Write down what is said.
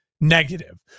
negative